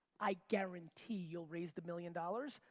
i guarantee you'll raise the million dollars,